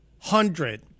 hundred